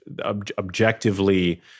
objectively